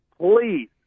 please